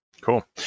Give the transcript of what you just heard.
Cool